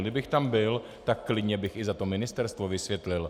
Kdybych tam byl, tak klidně bych i za to ministerstvo vysvětlil.